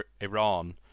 Iran